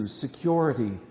security